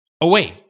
away